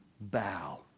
bow